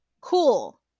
cool